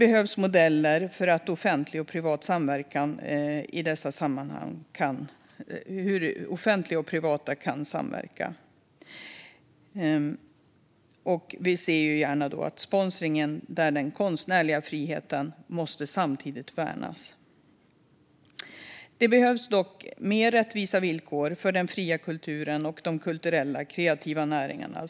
I dessa sammanhang behövs också modeller för hur det offentliga och privata kan samverka. Vi ser gärna sponsring där den konstnärliga friheten samtidigt värnas. Det behövs dock mer rättvisa villkor för den fria kulturen och de kulturella och kreativa näringarna.